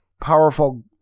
powerful